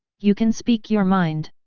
you can speak your mind.